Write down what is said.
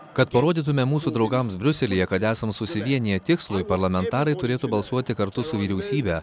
kad parodytume mūsų draugams briuselyje kad esam susivieniję tikslui parlamentarai turėtų balsuoti kartu su vyriausybe